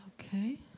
okay